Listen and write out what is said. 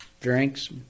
drinks